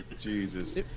Jesus